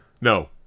No